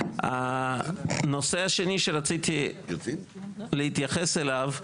הנושא השני שרציתי להתייחס אליו,